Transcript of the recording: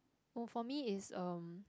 oh for me is um